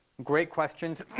great questions,